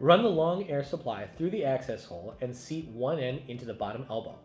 run the long air supply through the access hole and seat one end into the bottom elbow